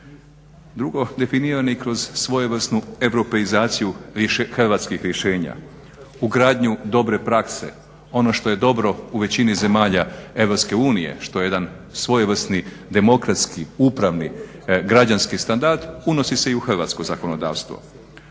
Drugo, definiran je i kroz svojevrsnu europeizaciju hrvatskih rješenja, ugradnju dobre prakse. Ono što je dobro u većini zemalja EU, što je jedan svojevrsni demokratski upravni građanski standard unosi se i u hrvatsko zakonodavstvo.